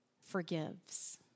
forgives